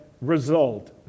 result